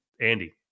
Andy